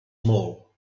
mall